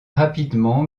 rapidement